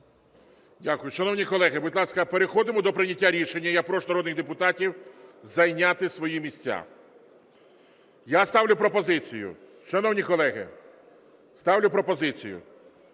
Дякую. Шановні колеги, будь ласка, переходимо до прийняття рішення. Я прошу народних депутатів зайняти свої місця. Я ставлю пропозицію, шановні колеги, ставлю пропозицію